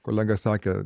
kolega sakė